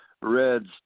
reds